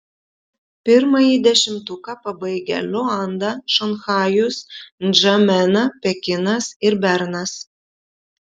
pirmąjį dešimtuką pabaigia luanda šanchajus ndžamena pekinas ir bernas